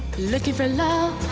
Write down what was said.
looking for love